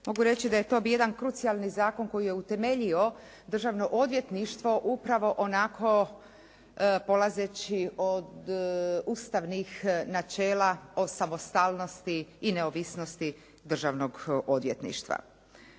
Moram reći da je to jedan krucijalni zakon koji je utemeljio državno odvjetništvo upravo onako polazeći od ustavnih načela o samostalnosti i neovisnosti državnog odvjetništva.